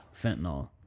fentanyl